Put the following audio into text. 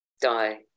die